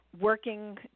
working